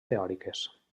teòriques